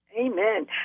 Amen